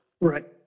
Right